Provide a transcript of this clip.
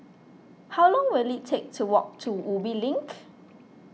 how long will it take to walk to Ubi Link